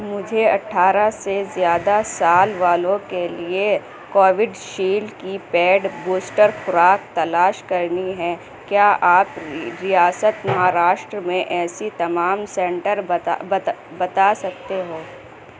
مجھے اٹھارہ سے زیادہ سال والوں کے لیے کووڈ شیلڈ کی پیڈ بوسٹر خوراک تلاش کرنی ہے کیا آپ ریاست مہاراشٹر میں ایسی تمام سینٹر بتا بتا بتا سکتے ہو